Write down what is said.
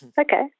okay